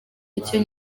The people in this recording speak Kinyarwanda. icyo